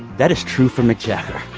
that is true for mick jagger.